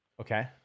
Okay